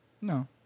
No